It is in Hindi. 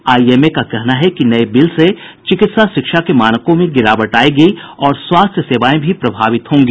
आईएमए का कहना है कि नये बिल से चिकित्सा शिक्षा के मानकों में गिरावट आयेगी और स्वास्थ्य सेवाएं भी प्रभावित होंगी